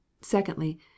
secondly